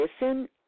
listen